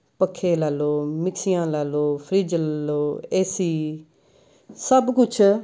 ਪੱਖੇ ਲੈ ਲਉ ਮਿਕਸੀਆਂ ਲੈ ਲਉ ਫਰਿੱਜ ਲੈ ਲਉ ਏ ਸੀ ਸਭ ਕੁਛ